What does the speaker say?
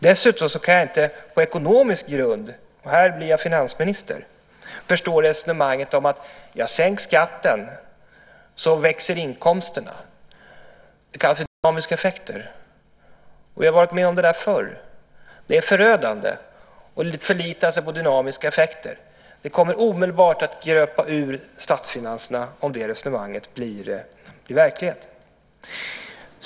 Dessutom kan jag inte på ekonomisk grund, och här blir jag finansminister, förstå resonemanget att om man sänker skatten så växer inkomsterna. Det kallas dynamiska effekter. Vi har varit med om det där förr. Det är förödande att förlita sig på dynamiska effekter. Det kommer omedelbart att gröpa ur statsfinanserna om det resonemanget blir verklighet.